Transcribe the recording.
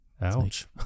ouch